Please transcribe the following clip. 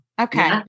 Okay